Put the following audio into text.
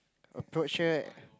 approach her